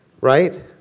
Right